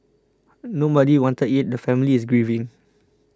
nobody wanted it the family is grieving